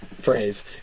phrase